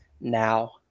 now